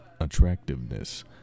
attractiveness